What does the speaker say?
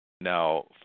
Now